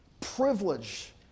privilege